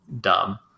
dumb